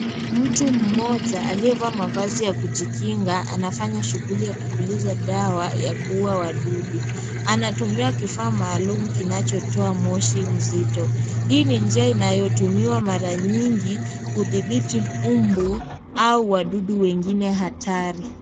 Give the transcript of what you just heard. Mtu mmoja aliyevaa mavazi ya kujikinga anafanya shughuli ya kupukiza dawa ya kuuwa wadudu. Anatumia kifaa maalum kinachotoa Moshi msito, hii ni njia inayotumiwa mara nyingi kudhibiti mtu au wadudu wengine hatari.